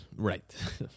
Right